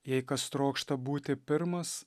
jei kas trokšta būti pirmas